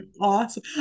awesome